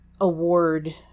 award